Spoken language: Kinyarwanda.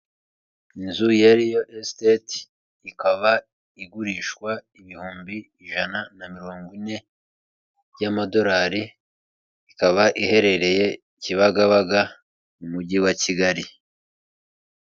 Inzu ya liyo esiteti ikaba igurishwa ibihumbi ijana na mirongo ine y'amadolari ikaba iherereye Kibagabaga mu mujyi wa Kigali.